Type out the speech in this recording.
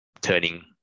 turning